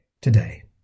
today